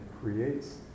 creates